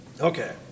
Okay